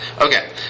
Okay